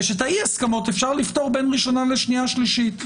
ושאת אי-ההסכמות אפשר לפתור בין ראשונה לשנייה ושלישית.